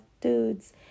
dudes